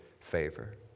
favor